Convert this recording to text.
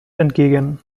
entgegen